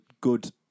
good